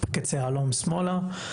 קצה העולם שמאלה.